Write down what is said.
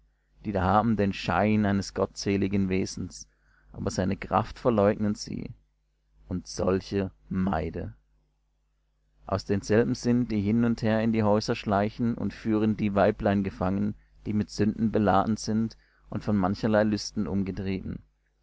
die da haben den schein eines gottseligen wesens aber seine kraft verleugnen sie und solche meide aus denselben sind die hin und her in die häuser schleichen und führen die weiblein gefangen die mit sünden beladen sind und von mancherlei lüsten umgetrieben